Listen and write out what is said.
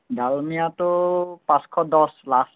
ডালমিয়াটো পাঁচশ দহ লাষ্ট